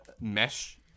mesh